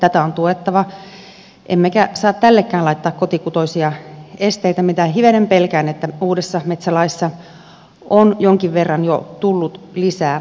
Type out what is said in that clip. tätä on tuettava emmekä saa tällekään laittaa kotikutoisia esteitä mitä hivenen pelkään että uudessa metsälaissa on jonkin verran jo tullut lisää